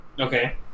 okay